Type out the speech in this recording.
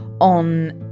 on